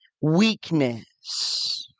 weakness